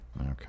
Okay